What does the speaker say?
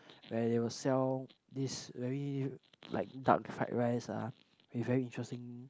that they will sell this very like duck fried rice ah with very interesting